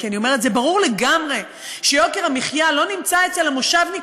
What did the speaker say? כי אני אומרת: זה ברור לגמרי שיוקר המחיה לא נמצא אצל המושבניק